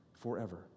forever